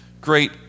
great